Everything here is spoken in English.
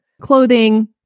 clothing